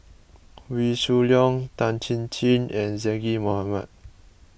Wee Shoo Leong Tan Chin Chin and Zaqy Mohamad